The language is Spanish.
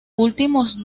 últimos